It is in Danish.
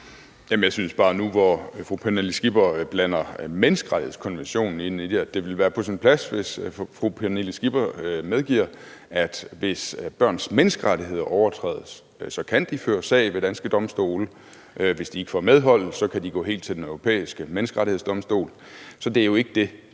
(LA): Jamen nu, hvor fru Pernille Skipper blander menneskerettighedskonventionen ind i det, synes jeg bare, det ville være på sin plads, hvis fru Pernille Skipper medgav, at hvis børns menneskerettigheder overtrædes, kan de føre sag ved danske domstole. Hvis de ikke får medhold, kan de gå helt til Den Europæiske Menneskerettighedsdomstol. Så det er jo ikke det,